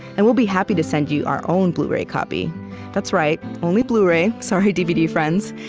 and we'll be happy to send you our own blu-ray copy that's right only blu-ray. sorry dvd friends.